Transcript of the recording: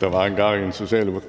Der var engang